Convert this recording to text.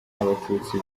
abatutsi